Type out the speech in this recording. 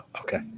okay